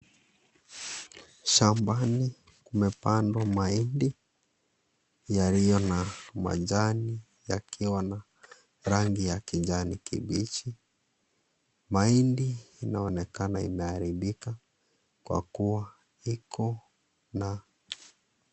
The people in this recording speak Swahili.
Shambani kumepandwa mahindi yaliyo na majani yaliyokuwa na rani ya kijani kibichi. mahindi yanaonekana kuharibika kwa kuwa iko na.